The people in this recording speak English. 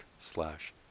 slash